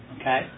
Okay